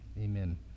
amen